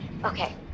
Okay